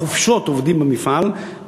בחופשות הם עובדים במפעל,